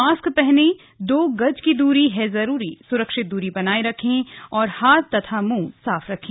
mask पहने दो गज की दूरी है जरूरी सुरक्षित दूरी बनाए रखें हाथ और मुंह साफ रखें